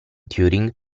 turing